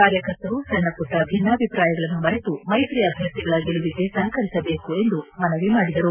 ಕಾರ್ಯಕರ್ತರು ಸಣ್ಣಹುಟ್ಟ ಭಿನ್ನಾಭಿಪ್ರಾಯಗಳನ್ನು ಮರೆತು ಮೈತ್ರಿ ಅಭ್ಯರ್ಥಿಗಳ ಗೆಲುವಿಗೆ ಸಪಕರಿಸಬೇಕು ಎಂದು ಅವರು ಮನವಿ ಮಾಡಿದರು